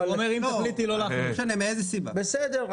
בסדר,